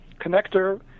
connector